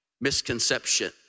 misconception